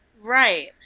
right